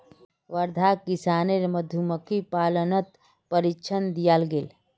वर्धाक किसानेर मधुमक्खीर पालनत प्रशिक्षण दियाल गेल